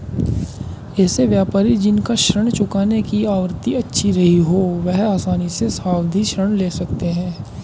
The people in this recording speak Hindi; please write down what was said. ऐसे व्यापारी जिन का ऋण चुकाने की आवृत्ति अच्छी रही हो वह आसानी से सावधि ऋण ले सकते हैं